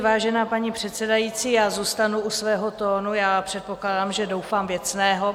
Vážená paní předsedající, já zůstanu u svého tónu, předpokládám, že doufám věcného.